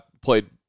played